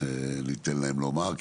ניתן להם לומר,